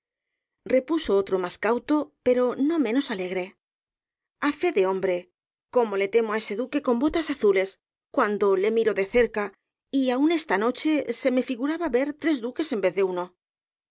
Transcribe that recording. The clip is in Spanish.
repuso otro más cauto pero no menos alegre á fe de hombre cómo le temo á ese duque con botas azules cuando le miro de cerca y aun esta noche se me figuraba ver tres duques en vez de uno